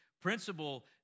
principle